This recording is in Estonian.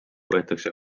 võetakse